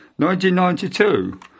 1992